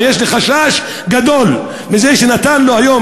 ויש לי חשש גדול מזה שהוא נתן היום,